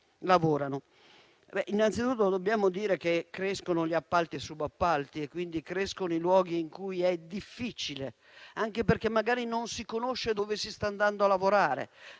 lavorano. Anzitutto dobbiamo dire che crescono appalti e subappalti e, quindi, aumentano i luoghi in cui è difficile, anche perché magari non si conosce dove si sta andando a lavorare,